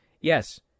Yes